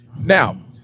Now